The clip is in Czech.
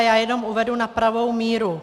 Já jenom uvedu na pravou míru.